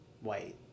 white